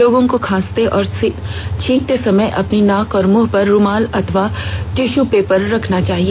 लोगों को खांसते और छींकते समय अपनी नाक और मुंह पर रूमाल अथवा टिश्यू पेपर रखना चाहिए